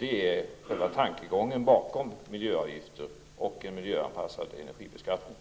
Det är själva tanken bakom miljöavgifter och miljöanpassad energibeskattning.